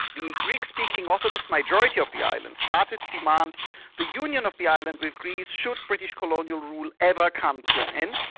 the greek-speaking orthodox majority of the island started to demand the union of the island with greece should british colonial rule ever come to an end,